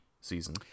season